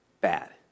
bad